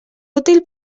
útil